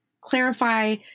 clarify